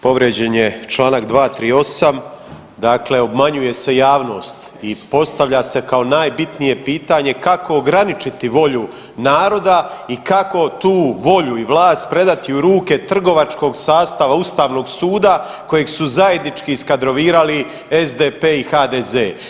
Povrijeđen je čl. 238. dakle obmanjuje se javnost i postavlja se kao najbitnije pitanje kako ograničiti volju naroda i kako tu volju i vlast predati u ruke trgovačkog sastava Ustavnog suda kojeg su zajednički izkadrovirali SDP i HDZ.